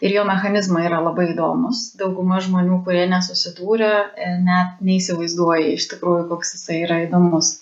ir jo mechanizmai yra labai įdomūs dauguma žmonių kurie nesusidūrę net neįsivaizduoja iš tikrųjų koks jisai yra įdomus